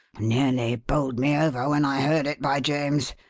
nearly bowled me over when i heard it, by james!